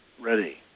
ready